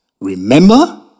Remember